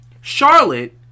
Charlotte